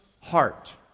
heart